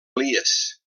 elies